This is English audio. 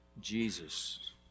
Jesus